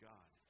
God